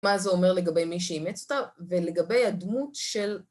מה זה אומר לגבי מי שהמצאת, ולגבי הדמות של...